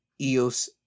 Eos